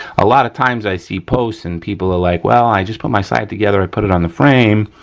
a lot of times i see posts and people are like, well, i just put my sight together, i put it on the frame,